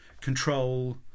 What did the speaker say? control